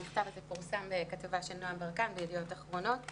המכתב הזה פורסם בכתבה של נעם ברקן בידיעות האחרונות,